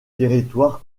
territoire